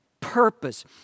purpose